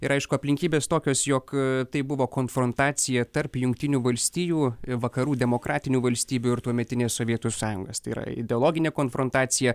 ir aišku aplinkybės tokios jog tai buvo konfrontacija tarp jungtinių valstijų vakarų demokratinių valstybių ir tuometinės sovietų sąjungos tai yra ideologinė konfrontacija